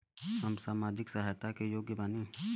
हम सामाजिक सहायता के योग्य बानी?